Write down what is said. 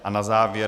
A na závěr